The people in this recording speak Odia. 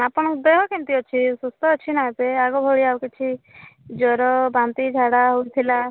ଆପଣଙ୍କ ଦେହ କେମିତି ଅଛି ସୁସ୍ଥ ଅଛି ନା ଏବେ ଆଗଭଳିଆ ଆଉ କିଛି ଜ୍ଵର ବାନ୍ତି ଝାଡ଼ା ହେଉଥିଲା